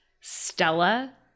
Stella